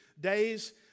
days